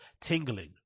tingling